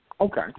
Okay